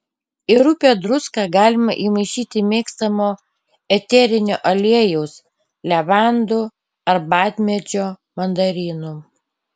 į rupią druską galima įmaišyti mėgstamo eterinio aliejaus levandų arbatmedžio mandarinų